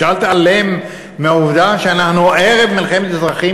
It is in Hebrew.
אפשר להתעלם מהעובדה שאנחנו ערב מלחמת אזרחים